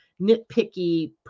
nitpicky